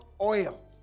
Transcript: oil